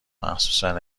مخصوصن